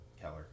Keller